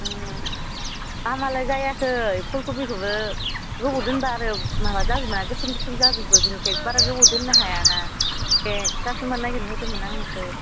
ओम हामालाय जायाखै फुलखबिखोबो गोबाव दोनब्ला आरो माबा जागोनना गोसोम गोसोम जाजोबो बिनिखायनो बारा गोबाव दोननो हायाना दे कासट'मार नागिरनो होदोंमोन आं नोंखो